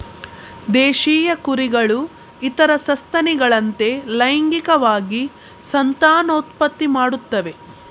ದೇಶೀಯ ಕುರಿಗಳು ಇತರ ಸಸ್ತನಿಗಳಂತೆ ಲೈಂಗಿಕವಾಗಿ ಸಂತಾನೋತ್ಪತ್ತಿ ಮಾಡುತ್ತವೆ